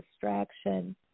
distraction